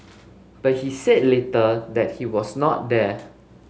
but he said later that he was not there